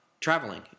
traveling